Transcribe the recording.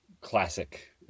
classic